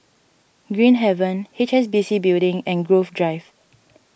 Green Haven H S B C Building and Grove Drive